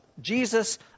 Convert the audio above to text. Jesus